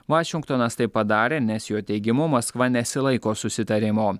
vašingtonas tai padarė nes jo teigimu maskva nesilaiko susitarimo